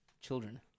children